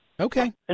Okay